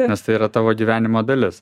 nes tai yra tavo gyvenimo dalis